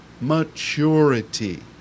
maturity